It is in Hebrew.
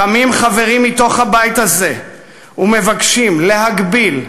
קמים חברים מתוך הבית הזה ומבקשים להגביל,